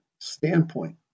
standpoint